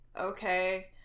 okay